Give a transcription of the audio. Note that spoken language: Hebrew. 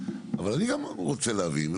אבל אני גם רוצה להבין.